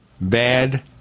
bad